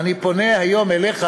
אני פונה היום אליך,